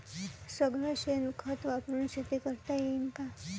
सगळं शेन खत वापरुन शेती करता येईन का?